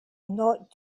not